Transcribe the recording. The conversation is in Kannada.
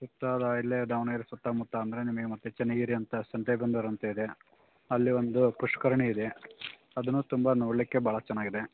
ಸುತ್ತ ಇಲ್ಲೇ ದಾವಣಗೆರೆ ಸುತ್ತ ಮುತ್ತ ಅಂದರೆ ನಿಮಗೆ ಮತ್ತು ಚನ್ನಗಿರಿ ಅಂತ ಸಂತೆಬೆನ್ನೂರ್ ಅಂತ ಇದೆ ಅಲ್ಲಿ ಒಂದು ಪುಷ್ಕರಣಿ ಇದೆ ಅದೂ ತುಂಬ ನೋಡಲಿಕ್ಕೆ ಭಾಳ ಚೆನ್ನಾಗಿದೆ